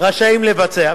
רשאים לבצע,